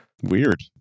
weird